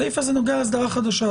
הסעיף הזה נוגע לאסדרה חדשה.